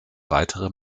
weitere